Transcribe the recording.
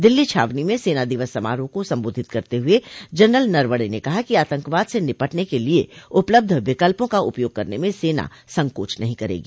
दिल्ली छावनी में सेना दिवस समारोह को संबोधित करते हुए जनरल नरवणे ने कहा कि आतंकवाद से निपटने के लिए उपलब्ध विकल्पों का उपयोग करने में सेना संकोच नहीं करेगी